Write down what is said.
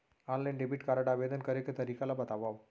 Online debit card आवेदन करे के तरीका ल बतावव?